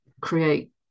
create